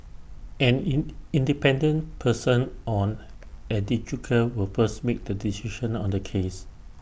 an in independent person on adjudicator will first make the decision on the case